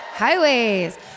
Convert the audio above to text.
Highways